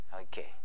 Okay